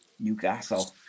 Newcastle